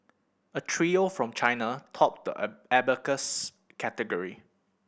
a trio from China topped the a abacus category